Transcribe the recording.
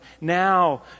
Now